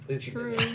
true